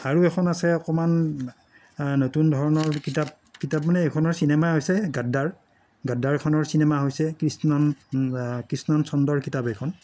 আৰু এখন আছে অকণমান নতুন ধৰণৰ কিতাপ কিতাপ মানে এইখনৰ চিনেমা আছে গাদ্দাৰ গাদ্দাৰখনৰ চিনেমা হৈছে কৃষ্ণণ কৃষ্ণণ চন্দ্ৰৰ কিতাপ এইখন